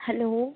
hello